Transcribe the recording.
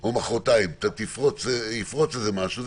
או מוחרתיים יפרוץ משהו,